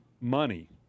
money